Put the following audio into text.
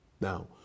now